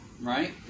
right